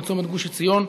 בצומת גוש עציון.